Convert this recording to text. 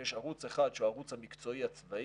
כשיש ערוץ אחד שהוא הערוץ המקצועי הצבאי,